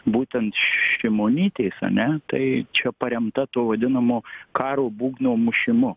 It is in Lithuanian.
būtent šimonytės ane tai čia paremta tuo vadinamu karo būgno mušimu